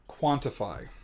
quantify